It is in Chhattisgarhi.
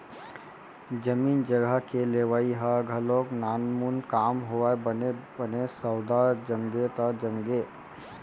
जमीन जघा के लेवई ह घलोक नानमून काम नोहय बने बने सौदा जमगे त जमगे